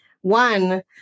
one